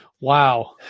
Wow